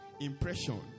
impression